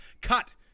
Cut